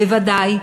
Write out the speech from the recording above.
בוודאי,